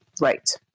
Right